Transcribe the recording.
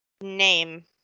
name